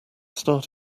start